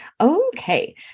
Okay